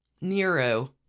Nero